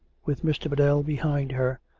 with mr. biddell behind her,